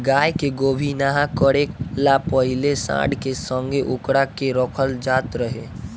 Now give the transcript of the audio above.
गाय के गोभिना करे ला पाहिले सांड के संघे ओकरा के रखल जात रहे